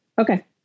Okay